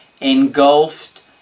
engulfed